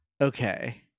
Okay